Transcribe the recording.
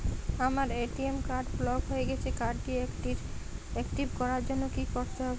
আমার ATM card block হয়ে গেছে কার্ড টি একটিভ করার জন্যে কি করতে হবে?